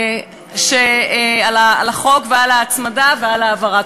על החוק ועל ההצמדה ועל ההעברה.